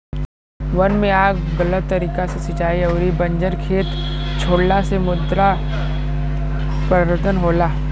वन में आग गलत तरीका से सिंचाई अउरी बंजर खेत छोड़ला से मृदा अपरदन होला